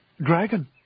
dragon